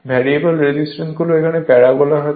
variable resistance গুলো এখানে parallel থাকে